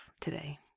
today